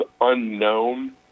unknown